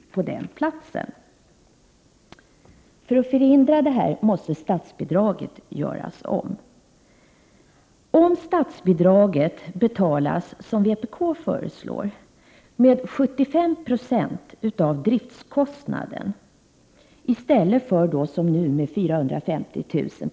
För att förhindra detta måste statsbidraget göras om. Om statsbidraget betalas så som vpk föreslår, med 75 90 av driftskostnaden i stället för som nu med 450 000 kr.